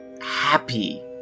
happy